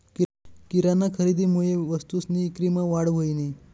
किराना खरेदीमुये वस्तूसनी ईक्रीमा वाढ व्हयनी